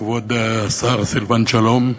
כבוד השר סילבן שלום,